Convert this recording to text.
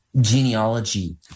genealogy